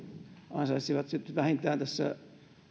ansaitsisivat vähintään tässä